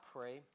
pray